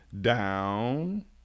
down